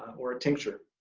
or a tincture.